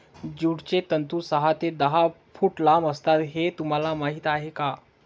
ज्यूटचे तंतू सहा ते दहा फूट लांब असतात हे तुम्हाला माहीत आहे का